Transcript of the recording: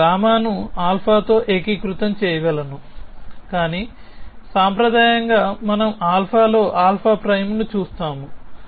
నేను γ ను α తో ఏకీకృతం చేయగలను కాని సాంప్రదాయకంగా మనం α లో α' ను చూస్తాము